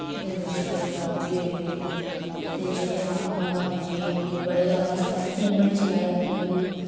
चंदर शेखर अजाद जी होई गे ते जेह्ड़े महात्मा गांधी जी उ'नै बड़े जैदा मूवेंट चलाए जि'यां कि